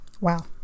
Wow